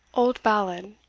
old ballad.